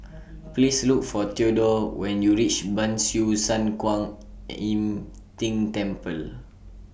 Please Look For Theodore when YOU REACH Ban Siew San Kuan Im Tng Temple